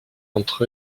entre